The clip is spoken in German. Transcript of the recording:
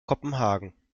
kopenhagen